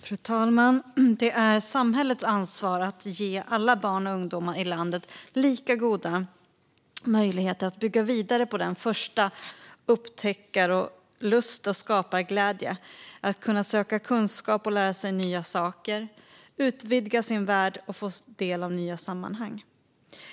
Fru talman! Det är samhällets ansvar att ge alla barn och ungdomar i landet lika goda möjligheter att bygga vidare på den första upptäckarlusten och skaparglädjen. Det handlar om att söka kunskap och lära sig nya saker och om att utvidga sin värld och få del av nya sammanhang.